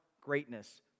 greatness